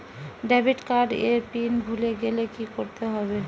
Debit card এর pin ভুলে গেলে কি করতে হবে?